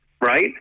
Right